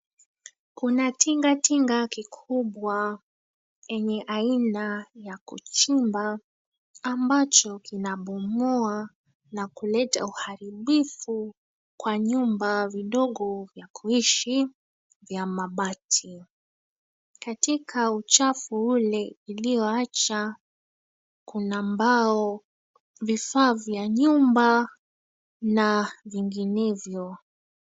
Kuna tinga tinga kikubwa enye aina ya kuchimba ambacho kinabomoa na kulete uharibifu kwa nyumba vidogo vya kuishi vya mabati. Katika uchafu ule iliyoacha kuna: mbao, vifaa vya nyumba na vinginevyo.